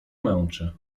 męczy